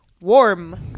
warm